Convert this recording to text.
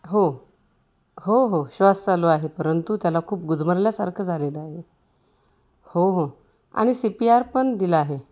हो हो हो श्वास चालू आहे परंतु त्याला खूप गुदमरल्यासारखं झालेलं आहे हो हो आणि सी पी आर पण दिलं आहे